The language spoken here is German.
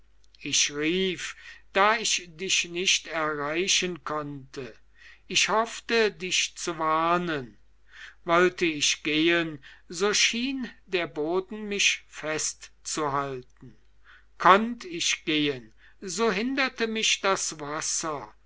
ich rief da ich dich nicht erreichen konnte ich hoffte dich zu warnen wollte ich gehen so schien der boden mich festzuhalten konnt ich gehen so hinderte mich das wasser